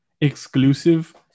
exclusive